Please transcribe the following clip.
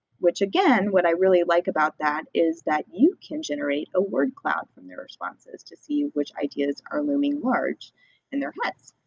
which again what i really like about that is that you can generate a word cloud from their responses to see what ideas are looming large in their heads.